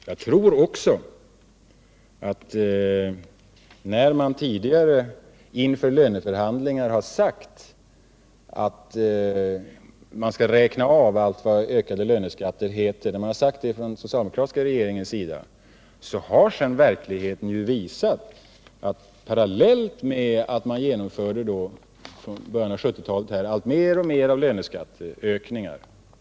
Från den socialdemokratiska regeringen har man tidigare inför löneförhandlingar sagt att man skulle räkna av allt vad löneskatter heter, medan verkligheten har visat att man från början av 1970-talet genomförde mer och mer ökning av löneskatterna.